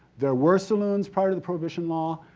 there were saloons prior to the prohibition law,